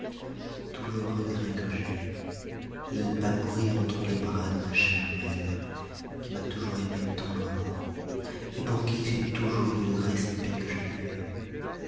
tout le regret que j'ai c'est de ne pas mourir entre les bras de ma chère mère qui m'a toujours aimé tendrement et nom qui j'ai toujours eu le respect que je devais